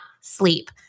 sleep